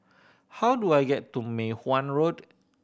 how do I get to Mei Hwan Road